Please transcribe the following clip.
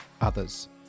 others